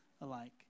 alike